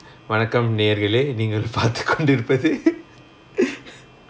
வணக்கம் நேர்களே நீங்கள் பார்த்துக்கொண்டிருப்பது:vanakkam naerakalae neengal paarthukondirupathu